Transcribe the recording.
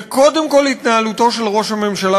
וקודם כול התנהלותו של ראש הממשלה,